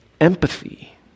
empathy